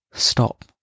Stop